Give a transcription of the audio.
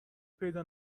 پیدا